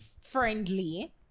friendly